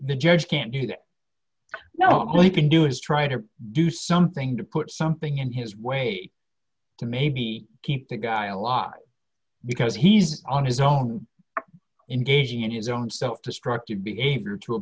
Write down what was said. the judge can't do that now all you can do is try to do something to put something in his way to maybe keep the guy a lock because he's on his own engaging in his own self destructive behavior to a